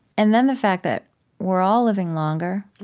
and then, the fact that we're all living longer.